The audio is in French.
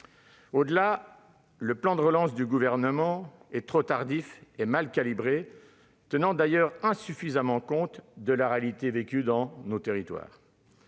plus, le plan de relance du Gouvernement est trop tardif, mal calibré et tient insuffisamment compte de la réalité vécue dans nos territoires.